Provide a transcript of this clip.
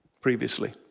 previously